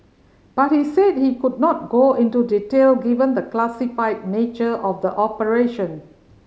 but he said he could not go into detail given the classified nature of the operation